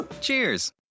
Cheers